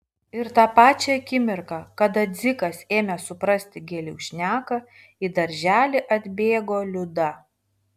ir tą pačią akimirką kada dzikas ėmė suprasti gėlių šneką į darželį atbėgo liuda